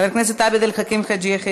חבר הכנסת עבד אל חכים חאג' יחיא,